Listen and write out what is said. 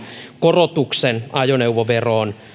korotuksen ajoneuvoveroon